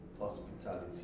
hospitality